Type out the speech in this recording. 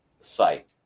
site